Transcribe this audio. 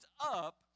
up